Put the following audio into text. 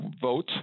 vote